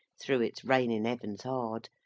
through its raining heavens hard,